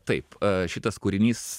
taip šitas kūrinys